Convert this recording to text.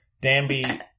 Danby